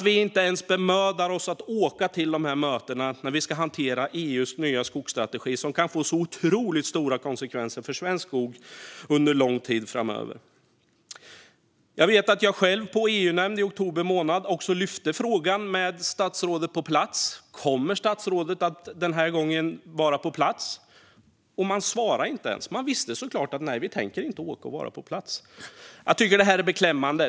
Vi bemödar oss inte ens om att åka till mötena där man ska hantera EU:s nya skogsstrategi, som kan få otroligt stora konsekvenser för svensk skog under lång tid framöver. Jag vet att jag själv på ett EU-nämndssammanträde i oktober månad lyfte frågan med närvarande statsråd: Kommer statsrådet att vara på plats den här gången? Man svarade inte ens, för man visste såklart att man inte tänkte åka dit och vara på plats. Jag tycker att det är beklämmande.